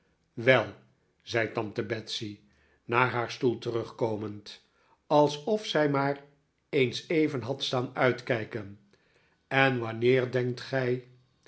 wel zei tante betsey naar haar stoel terugkomend alsof zij maar eens even had staan uitkijken en wanneer denkt gij